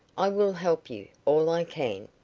i will help you all i can.